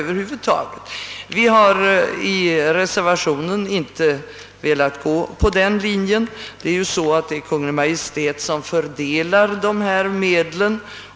Vi reservanter har inte velat gå på dem linjen. Det är ju Kungl. Maj:t som fördelar medlen.